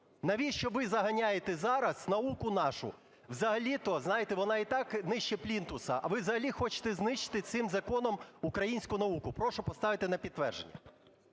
Навіщо ви заганяєте зараз наукунашу? Взагалі-то, знаєте, вона і так "нижче плінтуса", а ви взагалі хочете знищити цим законом українську науку. Прошу поставити на підтвердження.